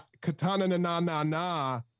Katana-na-na-na-na